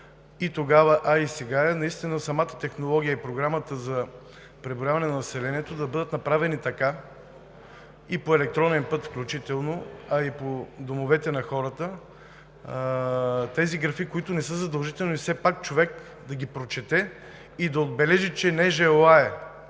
и тогава, а и сега е: самата технология и програмата за преброяване на населението наистина да бъдат направени така по електронен път, включително и по домовете на хората – графите, които не са задължителни, човек да ги прочете и да отбележи, че не желае